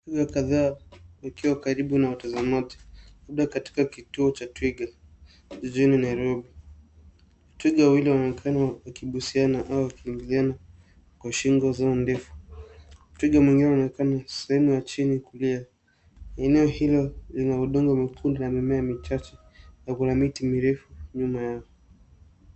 Twiga kadhaa wikiwa karibu na watazamaji, labda katika kituo cha twiga jijini Nairobi. Twiga wawili wanaonekana wakibusiana au wakiingiliana kwa shingo zao ndefu. Twiga mwingine anaonekana sehemu ya chini kulia. Eneo hilo lina udongo mwekundu na mimea michache na kuna miti mirefu nyuma yao.